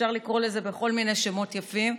אפשר לקרוא לזה בכל מיני שמות יפים,